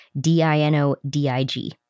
D-I-N-O-D-I-G